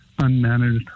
unmanaged